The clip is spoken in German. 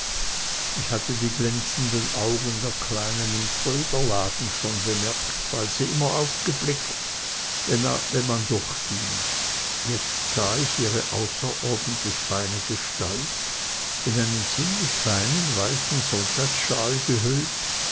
ich hatte die glänzenden augen der kleinen im trödlerladen schon bemerkt weil sie immer aufgeblickt wenn man durchging jetzt sah ich auch ihre außerordentlich feine gestalt in einen ziemlich feinen weißen sonntagsshawl gehüllt